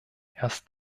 erst